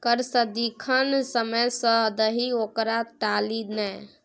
कर सदिखन समय सँ दही ओकरा टाली नै